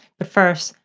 but first,